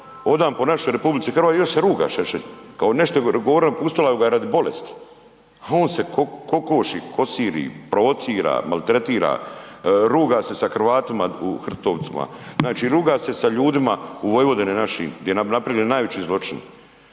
hodaju po našoj RH, još se ruga Šešelj, kao .../Govornik se ne razumije./... pustila ga radi bolesti a on se kokoši, kosiri, provocira, maltretira, ruga se sa Hrvatima u Hrtkovcima, znači ruga se sa ljudima u Vojvodini našim gdje nam je napravljeni najveći zločin.